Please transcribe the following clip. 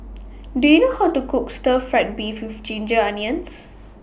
Do YOU know How to Cook Stir Fry Beef with Ginger Onions